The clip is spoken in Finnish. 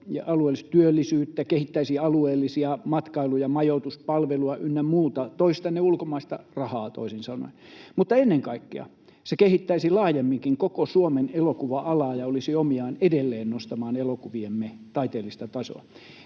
alueellisesti työllisyyttä, kehittäisi alueellisia matkailu- ja majoituspalveluja ynnä muuta — toisi tänne ulkomaista rahaa toisin sanoen — mutta ennen kaikkea se kehittäisi laajemminkin koko Suomen elokuva-alaa ja olisi omiaan edelleen nostamaan elokuviemme taiteellista tasoa.